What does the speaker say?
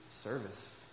service